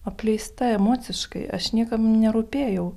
apleista emociškai aš niekam nerūpėjau